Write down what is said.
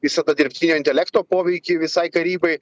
visą tą dirbtinio intelekto poveikį visai karybai